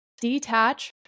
detach